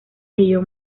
ello